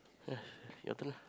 err your turn ah